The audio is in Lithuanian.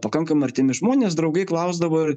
pakankamai artimi žmonės draugai klausdavo ir